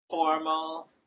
Formal